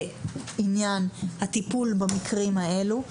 לעניין הטיפול במקרים האלה.